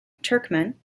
turkmen